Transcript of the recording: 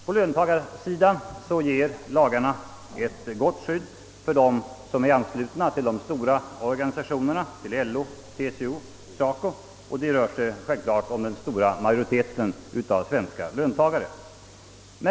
På löntagarsidan ger lagarna ett gott stöd åt dem som är anslutna till de stora organisationerna, LO, TCO, SACO — och det rör sig självklart om den stora majoriteten av svenska löntagare.